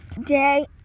day